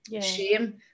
Shame